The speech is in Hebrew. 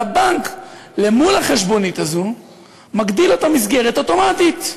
והבנק מול החשבונית הזו מגדיל לו את המסגרת אוטומטית.